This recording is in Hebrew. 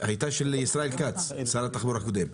הייתה של ישראל כץ שר התחבורה הקודם.